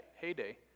heyday